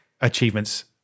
achievements